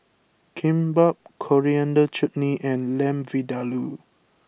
Kimbap Coriander Chutney and Lamb Vindaloo